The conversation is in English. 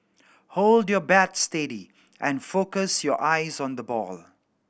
hold your bat steady and focus your eyes on the ball